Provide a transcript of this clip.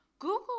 Google